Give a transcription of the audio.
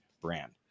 brand